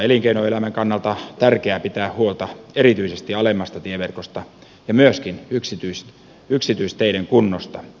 elinkeinoelämän kannalta on tärkeää pitää huolta erityisesti alemmasta tieverkosta ja myöskin yksityisteiden kunnosta